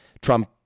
Trump